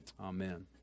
amen